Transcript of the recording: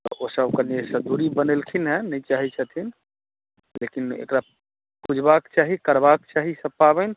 ओकर कनिये दूरी बनेलखिन हैं नहि चाहै छथिन लेकिन एकरा बुझबाक चाही करबाक चाही सब पाबनि